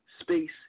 space